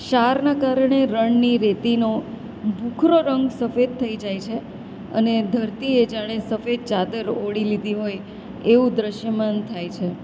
ક્ષારના કારણે રણની રેતીનો ભૂખરો રંગ સફેદ થઈ જાય છે અને ધરતીએ જાણે સફેદ ચાદર ઓઢી લીધી હોય એવું દ્રશ્યમાન થાય છે